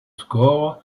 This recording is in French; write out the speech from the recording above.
score